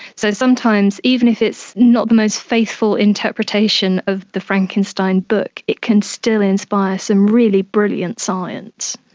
so sometimes even if it's not the most faithful interpretation of the frankenstein book, it can still inspire some really brilliant science.